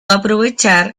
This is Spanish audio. aprovechar